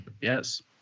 Yes